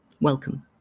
welcome